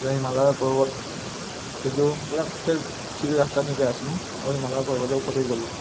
ହିମାଳୟ ପର୍ବତ କେ ଯେଉଁ ଗୁଡ଼ା ଠିକ୍ ଠିକ୍ ରାସ୍ତା ନେଇ ଆସିଲୁ ଆଉ ହିମାଳୟ ପର୍ବତ ଉପରେ ଗଲୁ